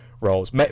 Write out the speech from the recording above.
Roles